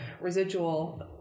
residual